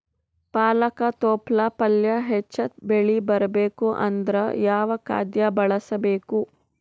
ಪಾಲಕ ತೊಪಲ ಪಲ್ಯ ಹೆಚ್ಚ ಬೆಳಿ ಬರಬೇಕು ಅಂದರ ಯಾವ ಖಾದ್ಯ ಬಳಸಬೇಕು?